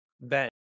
Ben